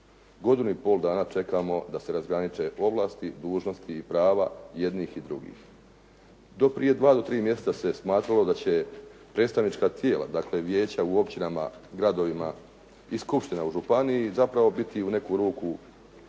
Godinu i pol dana čekamo da se razgraniče ovlasti, dužnosti i prava jednih i drugih. Do prije dva do tri mjeseca se je smatralo da će predstavnička tijela, dakle vijeća u općinama, gradovima i skupština u županiji zapravo biti u neku ruku kako